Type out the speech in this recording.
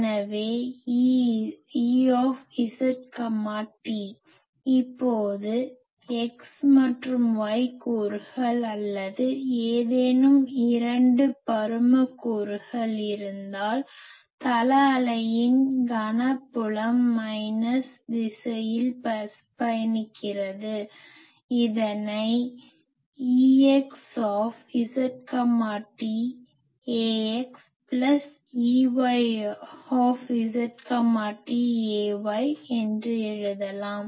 எனவே Ez t இப்போது என்னிடம் x மற்றும் y கூறுகள் அல்லது ஏதேனும் இரண்டு பரும கூறுகள் இருந்தால் தள அலையின் கண புலம் மைனஸ் திசையில் பயணிக்கிறது இதனை Exz t ax plus Ey z t ay என்று எழுதலாம்